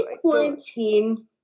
quarantine